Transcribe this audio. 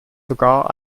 sogar